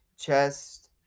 chest